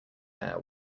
air